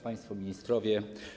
Państwo Ministrowie!